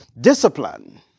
discipline